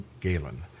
Galen